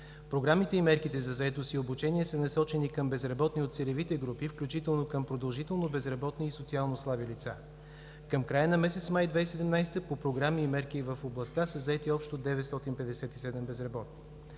Програмите и мерките за заетост и обучение са насочени към безработни от целевите групи, включително към продължително безработни и социално слаби лица. Към края на месец май 2017 г. по програми и мерки в областта са заети общо 957 безработни.